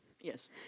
yes